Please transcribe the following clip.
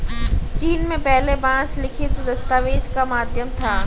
चीन में पहले बांस लिखित दस्तावेज का माध्यम था